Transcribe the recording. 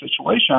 situation